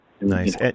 nice